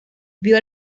vio